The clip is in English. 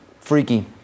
Freaky